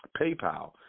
PayPal